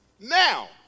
Now